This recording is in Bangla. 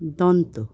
দন্ত